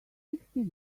sixty